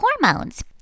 hormones